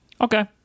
Okay